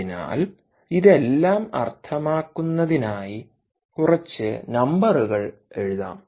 അതിനാൽ ഇതെല്ലാം അർത്ഥമാക്കുന്നതിനായി കുറച്ച് നമ്പറുകൾ എഴുതാം